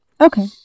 okay